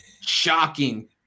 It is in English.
shocking